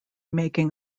making